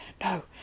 No